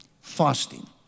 fasting